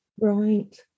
right